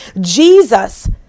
Jesus